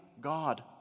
God